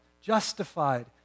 justified